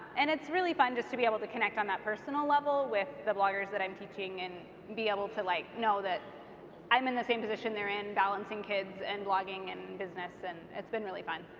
and it's really fun just to be able to connect on that personal level with the bloggers that i'm teaching and be able to like know that i'm in the same position they're in, balancing kids and blogging and business, and it's been really fun.